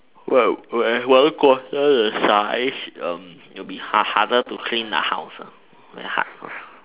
when when I'm one quarter the size it will be harder to clean the house very hard